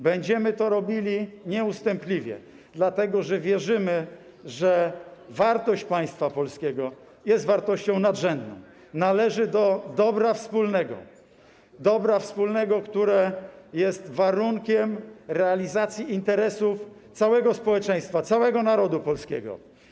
Będziemy to robili nieustępliwie, dlatego że wierzymy, że wartość państwa polskiego jest wartością nadrzędną, należy do dobra wspólnego, które jest warunkiem realizacji interesów całego społeczeństwa, całego narodu polskiego.